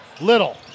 Little